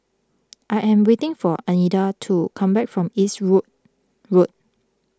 I am waiting for Adina to come back from Eastwood Road